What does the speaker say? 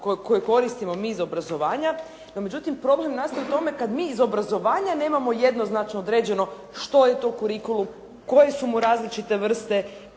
koje koristimo mi iz obrazovanja. No međutim, problem nastaje u tome kad mi iz obrazovanja nemamo jednoznačno određeno što je to kurikulum, koje su mu različite vrste,